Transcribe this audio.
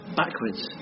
backwards